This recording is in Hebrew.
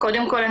קודם כל,